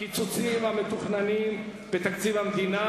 הקיצוצים המתוכננים בתקציב המדינה.